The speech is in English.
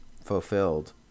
fulfilled